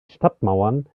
stadtmauern